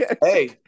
Hey